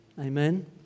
Amen